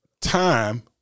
time